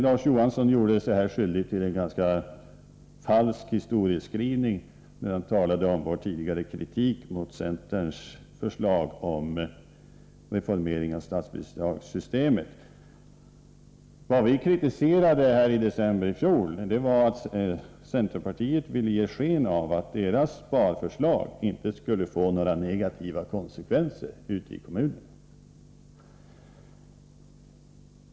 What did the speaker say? Larz Johansson gjorde sig skyldig till en ganska falsk historieskrivning, när han talade om vår tidigare kritik mot centerns förslag till reformering av statsbidragssystemet. Vad vi kritiserade i december i fjol var att centerpartiet ville ge sken av att dess sparförslag inte skulle få några negativa konsekvenser ute i kommunerna.